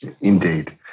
Indeed